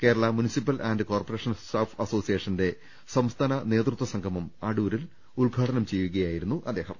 Kerala municipal and corporation staff അസോസിയേഷന്റെ സംസ്ഥാന നേതൃത്വ സംഗമം അടൂരിൽ ഉദ്ഘാടനം ചെയ്യുകയായിരുന്നു അദ്ദേ ഹം